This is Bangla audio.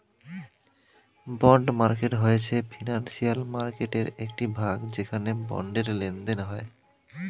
বন্ড মার্কেট হয়েছে ফিনান্সিয়াল মার্কেটয়ের একটি ভাগ যেখানে বন্ডের লেনদেন হয়